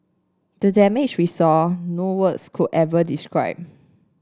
the damage we saw no words could ever describe